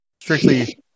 strictly